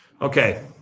Okay